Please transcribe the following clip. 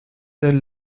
elle